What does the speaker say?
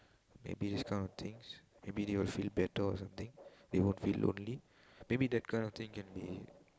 maybe this kind of things maybe they will feel better or something they won't feel lonely maybe that kind of thing can be